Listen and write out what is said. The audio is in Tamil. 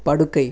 படுக்கை